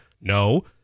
No